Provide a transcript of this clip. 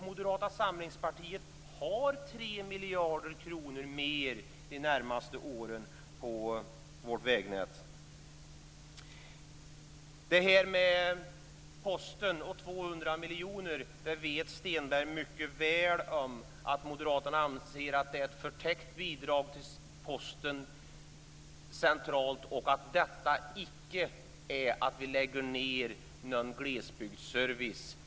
Moderata samlingspartiet har 3 miljarder kronor mer de närmaste åren till vårt vägnät. Vad gäller det här med att dra in 200 miljoner till Posten vet Stenberg mycket väl att moderaterna ser att det är ett förtäckt bidrag till Posten centralt och att detta icke är att vi lägger ned någon glesbygdsservice.